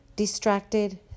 distracted